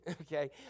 okay